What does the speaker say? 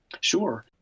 Sure